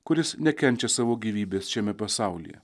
kuris nekenčia savo gyvybės šiame pasaulyje